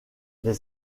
les